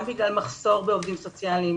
גם בגלל מחסור בעובדים סוציאליים,